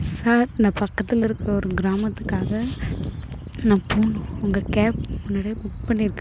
sir நான் பக்கத்தில் இருக்கற ஒரு கிராமத்துக்காக நான் போகணும் உங்கள் கேப் முன்னாடியே புக் பண்ணியிருக்கேன்